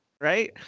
right